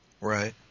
right